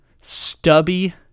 Stubby